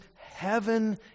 heaven